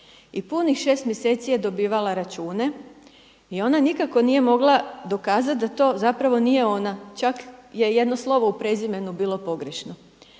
I punih 6 mjeseci je dobivala račune i ona nikako nije mogla dokazati da to zapravo nije ona. Čak je jedno slovo u prezimenu bilo pogrešno.